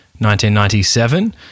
1997